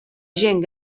gent